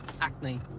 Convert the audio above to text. acne